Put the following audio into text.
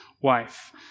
wife